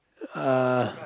uh